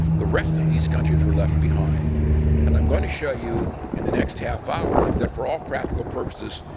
the rest of these countries were left behind and i'm going to show you in the next half hour that for all practical purposes,